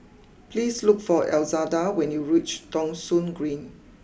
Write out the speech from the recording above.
please look for Elzada when you reach Thong Soon Green